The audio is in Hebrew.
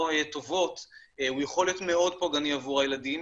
טובות הוא יכול להיות מאוד פוגעני עבור הילדים